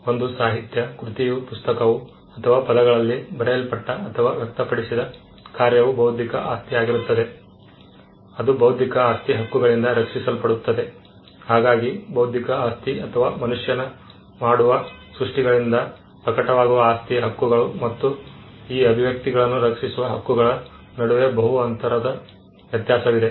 ಒಂದು ಸಾಹಿತ್ಯ ಕೃತಿಯು ಪುಸ್ತಕವು ಅಥವಾ ಪದಗಳಲ್ಲಿ ಬರೆಯಲ್ಪಟ್ಟ ಅಥವಾ ವ್ಯಕ್ತಪಡಿಸಿದ ಕಾರ್ಯವು ಬೌದ್ಧಿಕ ಆಸ್ತಿ ಆಗಿರುತ್ತದೆ ಅದು ಬೌದ್ಧಿಕ ಆಸ್ತಿ ಹಕ್ಕುಗಳಿಂದ ರಕ್ಷಿಸಲ್ಪಡುತ್ತದೆ ಹಾಗಾಗಿ ಬೌದ್ಧಿಕ ಆಸ್ತಿ ಅಥವಾ ಮನುಷ್ಯನು ಮಾಡುವ ಸೃಷ್ಟಿಗಳಿಂದ ಪ್ರಕಟವಾಗುವ ಆಸ್ತಿಯ ಹಕ್ಕುಗಳು ಮತ್ತು ಈ ಅಭಿವ್ಯಕ್ತಿಗಳನ್ನು ರಕ್ಷಿಸುವ ಹಕ್ಕುಗಳ ನಡುವೆ ಬಹು ಅಂತರದ ವ್ಯತ್ಯಾಸವಿದೆ